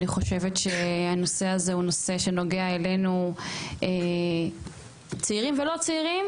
אני חושבת שהנושא הזה הוא נושא שנוגע אלינו צעירים ולא צעירים,